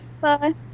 Bye